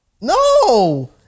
No